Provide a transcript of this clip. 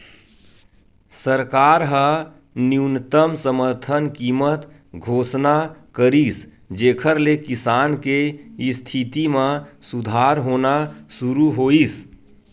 सरकार ह न्यूनतम समरथन कीमत घोसना करिस जेखर ले किसान के इस्थिति म सुधार होना सुरू होइस